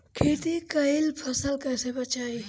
खेती कईल फसल कैसे बचाई?